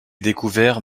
découvert